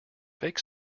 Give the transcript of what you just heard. fake